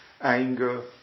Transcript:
anger